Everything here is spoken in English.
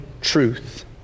truth